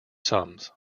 sums